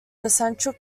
central